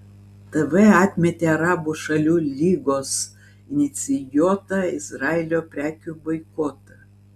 tv atmetė arabų šalių lygos inicijuotą izraelio prekių boikotą